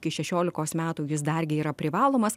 iki šešiolikos metų jis dargi yra privalomas